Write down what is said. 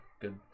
good